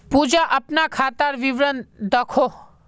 पूजा अपना खातार विवरण दखोह